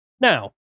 Now